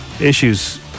issues